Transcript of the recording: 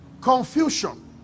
Confusion